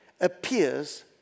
appears